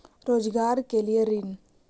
रोजगार के लिए ऋण?